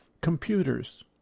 Computers